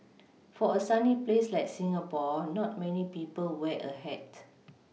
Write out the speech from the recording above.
for a sunny place like Singapore not many people wear a hat